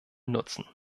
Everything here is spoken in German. nutzen